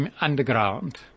underground